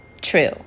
true